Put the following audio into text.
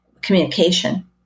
communication